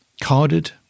carded